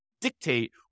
dictate